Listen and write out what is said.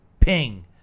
Ping